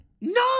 No